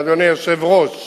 ואדוני היושב-ראש,